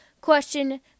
question